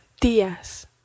días